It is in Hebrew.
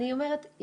אני אומרת,